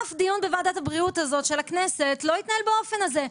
אף דיון בוועדת הבריאות הזאת של הכנסת לא התנהל באופן הזה,